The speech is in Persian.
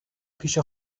پیش